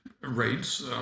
rates